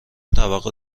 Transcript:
توقع